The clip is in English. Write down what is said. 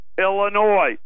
illinois